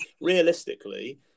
realistically